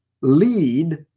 lead